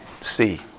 see